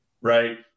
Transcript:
right